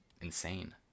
insane